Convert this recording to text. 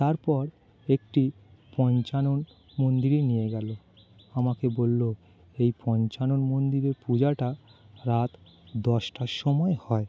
তারপর একটি পঞ্চানন মন্দিরে নিয়ে গেল আমাকে বলল এই পঞ্চানন মন্দিরের পূজাটা রাত দশটার সময় হয়